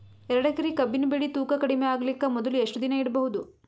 ಎರಡೇಕರಿ ಕಬ್ಬಿನ್ ಬೆಳಿ ತೂಕ ಕಡಿಮೆ ಆಗಲಿಕ ಮೊದಲು ಎಷ್ಟ ದಿನ ಇಡಬಹುದು?